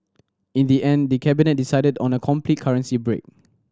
in the end the Cabinet decided on a complete currency break